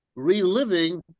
reliving